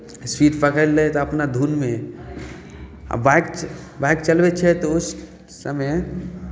speed पकड़ि लेत अपना धुनमे आ बाइक बाइक चलबै छियै तऽ उस समय